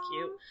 cute